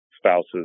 spouses